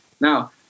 Now